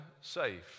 safe